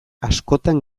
askotan